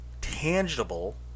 tangible